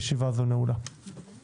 הישיבה ננעלה בשעה